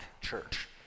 church